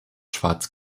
schwarz